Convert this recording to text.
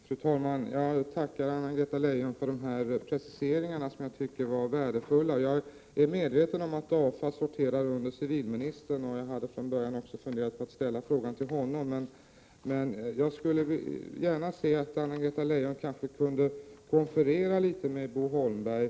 Fru talman! Jag tackar Anna-Greta Leijon för dessa preciseringar, som jag tycker var mycket värdefulla. Jag är medveten om att DAFA sorterar under civildepartementet, och jag funderade från början på att ställa min fråga till civilministern. Jag skulle gärna se att Anna-Greta Leijon diskuterade detta problem med Bo Holmberg.